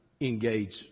engage